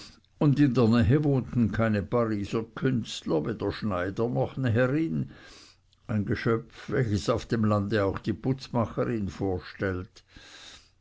und in der nähe wohnten keine pariser künstler weder schneider noch näherin ein geschöpf welches auf dem lande auch die putzmacherin vorstellt